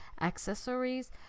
accessories